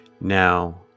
Now